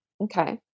Okay